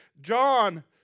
John